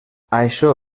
això